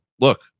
look